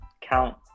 count